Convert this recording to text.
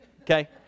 Okay